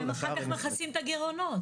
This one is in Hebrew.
אחר כך מכסים את הגירעונות.